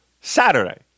Saturday